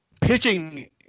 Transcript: pitching